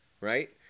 right